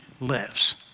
lives